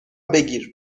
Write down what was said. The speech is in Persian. بگیر